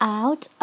out